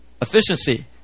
efficiency